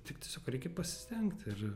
tik tiesiog reikia pasistengti ir